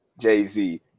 Jay-Z